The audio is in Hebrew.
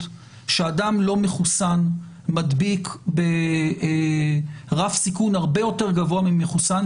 שאדם לא מחוסן מדביק ברף סיכון הרבה יותר גבוה ממחוסן,